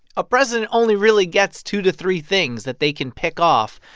a president only really gets two to three things that they can pick off,